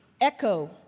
echo